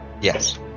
yes